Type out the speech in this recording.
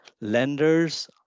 lenders